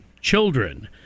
children